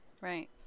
Right